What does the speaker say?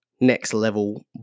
next-level